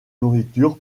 nourriture